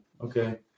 Okay